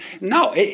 No